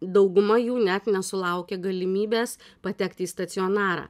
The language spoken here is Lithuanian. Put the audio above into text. dauguma jų net nesulaukia galimybės patekti į stacionarą